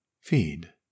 feed